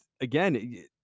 again